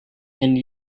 and